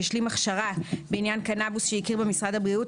שהשלים הכשרה בעניין קנבוס שהכיר בה משרד הבריאות,